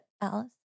Alice